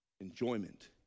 Enjoyment